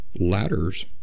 ladders